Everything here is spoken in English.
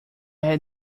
had